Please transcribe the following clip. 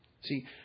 See